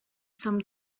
some